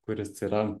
kuris yra